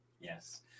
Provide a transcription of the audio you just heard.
Yes